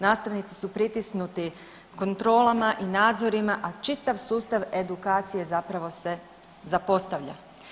Nastavnici su pritisnuti kontrolama i nadzorima, a čitav sustav edukacije zapravo se zapostavlja.